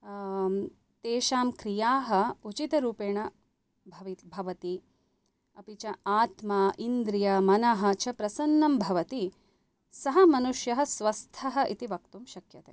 तेषां क्रियाः उचितरूपेण भव भवति अपि च आत्मा इन्द्रिय मनः च प्रसन्नं भवति सः मनुष्यः स्वस्थः इति वक्तुं शक्यते